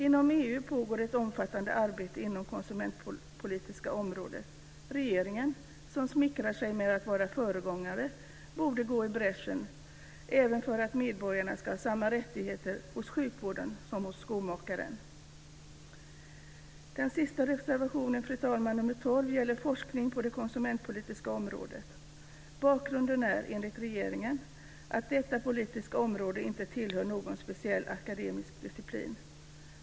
Inom EU pågår ett omfattande arbete inom det konsumentpolitiska området. Regeringen, som smickrar sig med att vara föregångare, borde gå i bräschen även för att medborgarna ska ha samma rättigheter hos sjukvården som hos skomakaren. Den sista reservationen, fru talman, nr 12, gäller forskning på det konsumentpolitiska området. Bakgrunden är att detta politiska område enligt regeringen inte tillhör någon speciell akademisk disciplin.